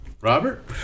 Robert